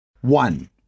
one